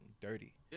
dirty